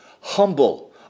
humble